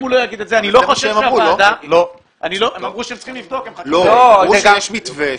הם אמרו שיש מתווה.